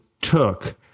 took